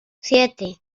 siete